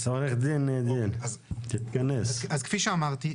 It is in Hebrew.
כפי שאמרתי,